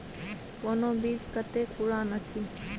कोनो बीज कतेक पुरान अछि?